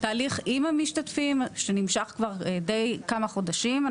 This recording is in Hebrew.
תהליך עם המשתתפים שנמשך כבר כמה חודשים.